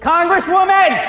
Congresswoman